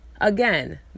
again